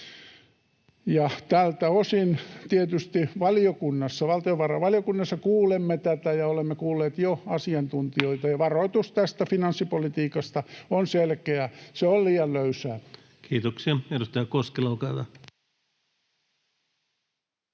Tältä osin tietysti valiokunnassa, valtiovarainvaliokunnassa, kuulemme ja olemme kuulleet jo asiantuntijoita, ja varoitus tästä finanssipolitiikasta on selkeä: se on liian löysää. Kiitoksia. — Edustaja Koskela, olkaa